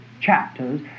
chapters